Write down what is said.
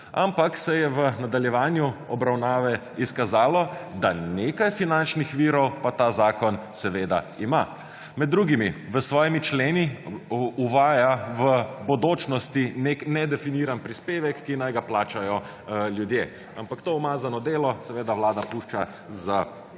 Ampak se je v nadaljevanju obravnave izkazalo, da nekaj finančnih virov pa ta zakon ima. Med drugimi v svojimi členi uvaja v bodočnosti nek nedefiniran prispevek, ki naj ga plačajo ljudje, ampak to umazano delo, Vlada pušča za neko